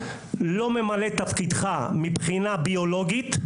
אתה לא ממלא את תפקידך מבחינה ביולוגית,